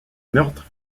meurtres